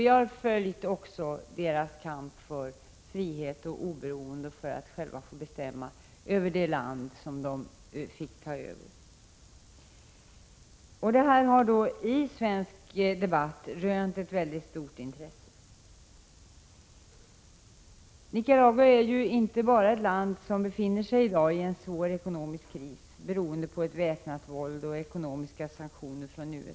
Vi har också följt detta lands kamp för frihet och oberoende och för rätten att självt få bestämma över det land man fick ta över. Denna kamp har rönt ett mycket stort intresse i svensk debatt. Nicaragua är i dag ett land som inte bara befinner sig i en svår ekonomisk kris beroende på väpnat våld och ekonomiska sanktioner från USA.